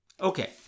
Okay